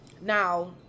Now